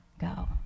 go